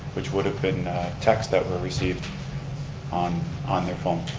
which would have been texts that were received on on their phone.